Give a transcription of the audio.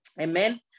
amen